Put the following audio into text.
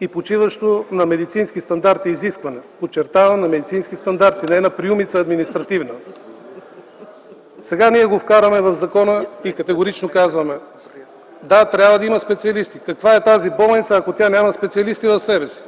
и почиващо на медицински стандарти изискване. Подчертавам, на медицински стандарти, не на административна приумица. Сега ние го вкарваме в закона и категорично казваме: да, трябва да има специалисти. Каква е тази болница, ако няма специалисти в себе си?